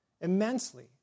immensely